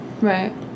Right